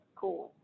cool